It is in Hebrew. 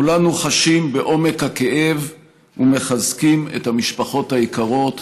כולנו חשים בעומק הכאב ומחזקים את המשפחות היקרות